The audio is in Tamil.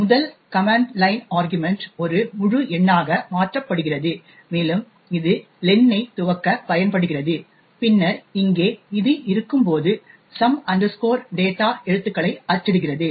முதல் கமன்ட் லைன் ஆர்க்யுமன்ட் ஒரு முழு எண்ணாக மாற்றப்படுகிறது மேலும் இது லென்னை துவக்க பயன்படுகிறது பின்னர் இங்கே இது இருக்கும் போது சம் டேட்டா some data எழுத்துக்களை அச்சிடுகிறது